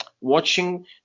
watching